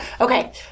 Okay